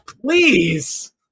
Please